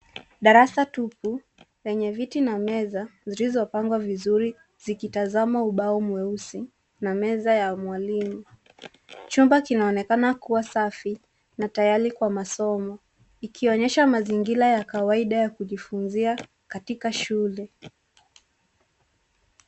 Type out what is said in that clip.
Darasa tupu lenye viti na meza zilizopangwa vizuri zikitazama ubao mweusi na meza ya mwalimu. Chumba kinaonekana kuwa safi na tayari kwa masomo. Ikionyesha mazingira ya kawaida ya kujifunzia Katika shule.